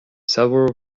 several